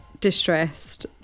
distressed